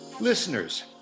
Listeners